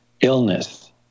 illness